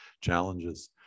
challenges